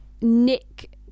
Nick